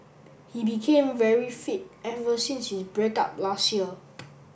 he became very fit ever since his break up last year